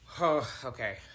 Okay